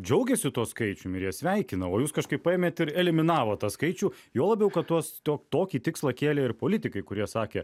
džiaugėsi tuo skaičiumi ir jie sveikina o jūs kažkaip paėmėte ir eliminavo tą skaičių juo labiau kad tuos to tokį tikslą kėlė ir politikai kurie sakė